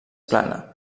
plana